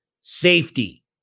safety